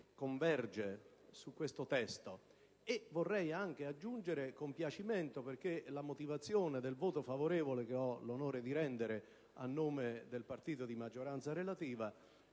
converge su questo testo e il compiacimento perché la motivazione del voto favorevole che ho l'onore di rendere a nome del partito di maggioranza relativa